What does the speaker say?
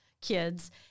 kids